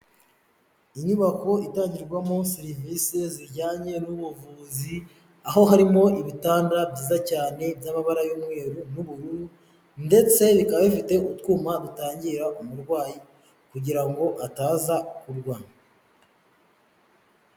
Inyubako itangirwamo serivisi zijyanye n'ubuvuzi, aho harimo ibitanda byiza cyane by'amabara y'umweru n'ubururu ndetse bikaba bifite utwuma dutangira umurwayi kugira ngo ataza kugwa.